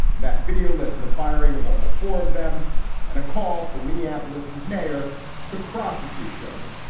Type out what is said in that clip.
that video led to the firing of all four of them and a call for minneapolis's mayor to prosecute chevon.